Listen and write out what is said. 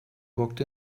walked